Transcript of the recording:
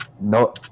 no